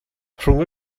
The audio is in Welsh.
rhwng